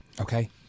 Okay